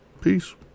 Peace